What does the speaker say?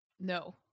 No